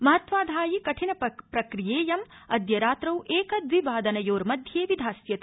महत्वाधायि कठिन प्रक्रियेयं अद्य रात्रौ एक द्वि वादनयोर्मध्ये विधास्यते